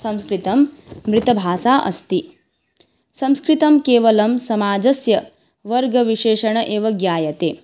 संस्कृतं मृतभाषा अस्ति संस्कृतं केवलं समाजस्य वर्गविशेषेण एव ज्ञायते